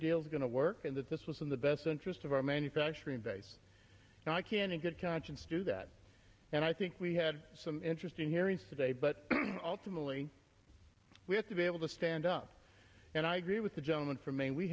deals going to work and that this was in the best interest of our manufacturing base now i can in good conscience do that and i think we had some interesting hearings today but ultimately we have to be able to stand up and i agree with the gentleman from maine we